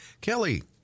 Kelly